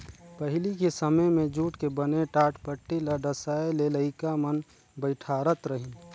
पहिली के समें मे जूट के बने टाटपटटी ल डसाए के लइका मन बइठारत रहिन